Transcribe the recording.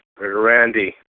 Randy